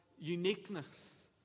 uniqueness